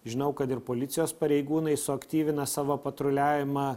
žinau kad ir policijos pareigūnai suaktyvina savo patruliavimą